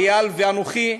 איל ואנוכי,